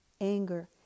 anger